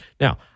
Now